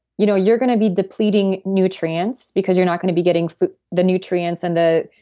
you know you're going to be depleting nutrients because you're not going to be getting the nutrients and,